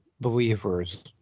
believers